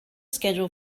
schedule